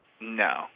No